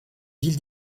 ville